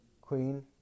Queen